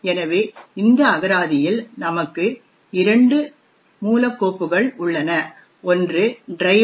எனவே இந்த அகராதியில் நமக்கு இரண்டு மூல கோப்புகள் உள்ளன ஒன்று driver